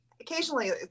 occasionally